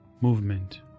movement